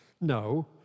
No